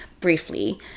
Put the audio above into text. briefly